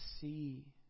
see